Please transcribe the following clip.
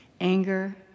anger